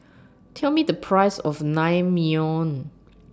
Tell Me The Price of Naengmyeon